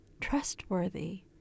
trustworthy